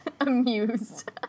amused